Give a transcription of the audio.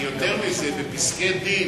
ויותר מזה, בפסקי-דין